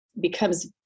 becomes